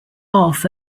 off